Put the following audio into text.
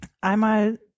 einmal